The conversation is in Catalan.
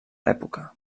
l’època